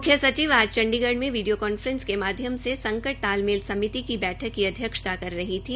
म्ख्य सचिव आज चंडीगढ़ में वीडिया कांफ्रेस के माध्यम से संकट तालमेल समिति की बैठक की अध्यक्षता कर रही थी